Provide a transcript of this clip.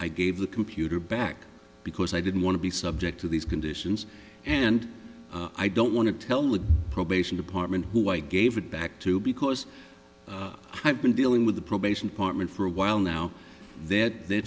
i gave the computer back because i didn't want to be subject to these conditions and i don't want to tell the probation department who i gave it back to because i've been dealing with the probation department for a while now that they're